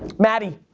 matty.